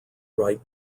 write